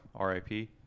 RIP